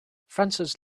francis